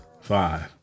five